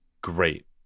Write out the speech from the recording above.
Great